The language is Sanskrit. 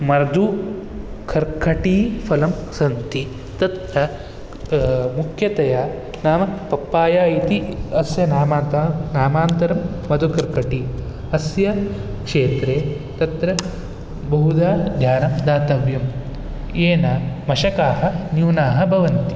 मधु कर्कटीफलं सन्ति तत् मुख्यतया नाम पप्पाय इति अस्य नामात नामान्तरं मधुकर्कटी अस्य क्षेत्रे तत्र बहुधा ध्यानं दातव्यं येन मशकाः न्यूनाः भवन्ति